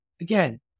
Again